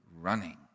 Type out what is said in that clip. running